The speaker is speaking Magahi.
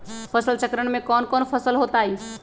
फसल चक्रण में कौन कौन फसल हो ताई?